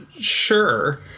Sure